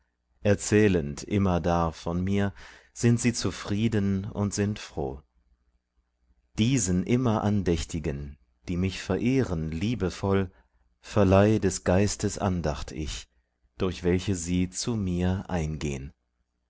erzählend immerdar von mir sind sie zufrieden und sind froh diesen immerandächtigen die mich verehren liebevoll verleih des geistes andacht ich durch welche sie zu mir eingehn